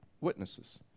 witnesses